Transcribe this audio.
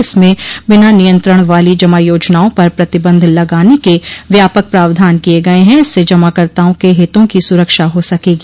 इसमें बिना नियंत्रण वाली जमा योजनाओं पर प्रतिबंध लगाने के व्यापक प्रावधान किये गये हैं इससे जमाकर्ताओं के हितों की सुरक्षा हो सकेगी